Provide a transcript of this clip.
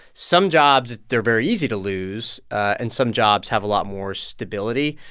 some jobs, they're very easy to lose, and some jobs have a lot more stability.